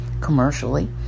commercially